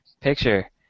picture